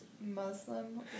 Muslim